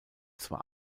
zwar